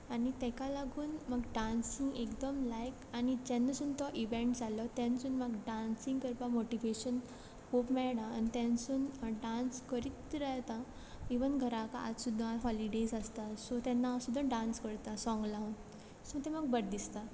आनी तेका लागून म्हाका डान्सींग एकदम लायक आनी जेन्नासून तो इवेंट जालो तेन्नासून म्हाका डान्सींग करपाक मोटीवेशन खूब मेयणा आनी तेन्नासून हांव डान्स करीत रावतां इवन घरांक आतां सुद्दां हॉलीडेज आसता सो तेन्ना हांव सुद्दां डान्स करता साँगां लावन सो तें म्हाका बरें दिसता